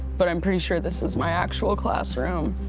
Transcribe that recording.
but i'm pretty sure this is my actual classroom,